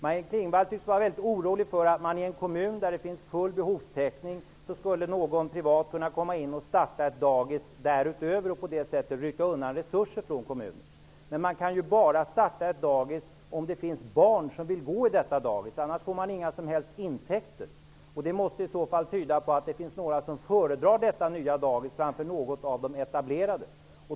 Maj-Inger Klingvall tycks vara väldigt orolig för att någon privatperson skulle kunna komma in och starta ett dagis i en kommun där det finns full behovstäckning och på det sättet rycka undan resurser från kommunen. Men man kan ju bara starta ett dagis om det finns barn som vill gå i detta dagis, annars får man inga som helst intäkter. Det måste i så fall tyda på att det finns några föräldrar som föredrar detta nya dagis framför något av de etablerade.